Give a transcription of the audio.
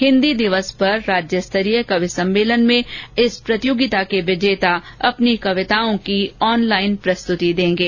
हिन्दी दिवस पर राज्य स्तरीय कवि सम्मेलन में इस प्रतियोगिता के विजेता अपनी कविताओं की ऑनलाइन प्रस्तुति देंगे